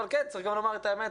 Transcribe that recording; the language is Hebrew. אבל צריך גם לומר את האמת,